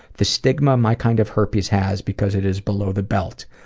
the stigma my kind of herpes has because it is below the belt.